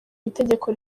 itegeko